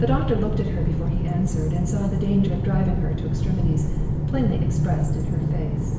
the doctor looked at her before he answered, and saw the danger of driving her to extremities plainly expressed in her face.